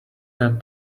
than